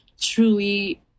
truly